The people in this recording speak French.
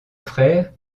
frère